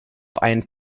einen